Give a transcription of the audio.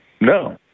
No